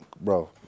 Bro